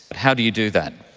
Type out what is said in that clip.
how do you do that?